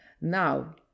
now